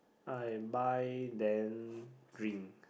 I buy then drink